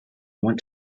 went